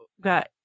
got